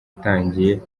atangiye